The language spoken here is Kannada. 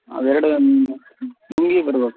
ಅವೆರಡನ್ನು ನುಂಗಿ ಬರಬೇಕು